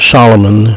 Solomon